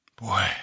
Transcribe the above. Boy